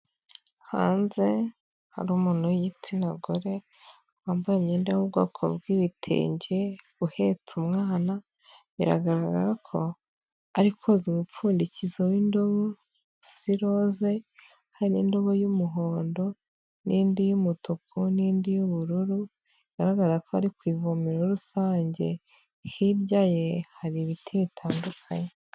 Hanze hari umuntu w'igitsina gore, wambaye imyenda y'ubwoko bw'ibitenge uhetse umwana, biragaragara ko arikoza umupfundikizo w'indobo usa iroze hari n'indobo y'umuhondo, n'indi y'umutuku, n'indi y'ubururu, bigaragara ko ari ku ivomero rusange. Hirya ye hari ibiti bitandukanye.